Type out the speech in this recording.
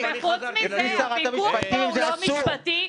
אוקיי.